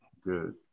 good